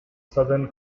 southern